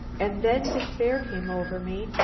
and then despair came over me,